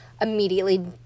immediately